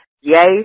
yay